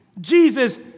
Jesus